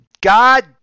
God